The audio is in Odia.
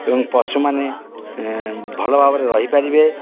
ଏବଂ ପଶୁମାନେ ଭଲ ଭାବରେ ରହିପାରିବେ